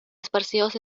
esparcidos